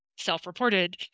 self-reported